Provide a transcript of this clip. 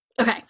okay